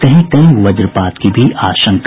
कहीं कहीं वज्रपात की भी आशंका